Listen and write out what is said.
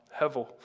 hevel